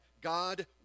God